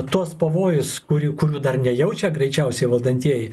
tuos pavojus kuri kurių dar nejaučia greičiausiai valdantieji